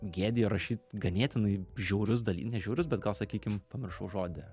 gėdija rašyt ganėtinai žiaurus daly ne žiaurius bet gal sakykim pamiršau žodį